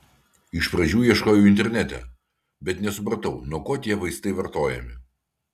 iš pradžių ieškojau internete bet nesupratau nuo ko tie vaistai vartojami